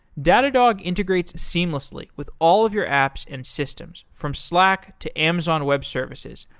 datadog integrates seamlessly with all of your apps and systems from slack, to amazon web services,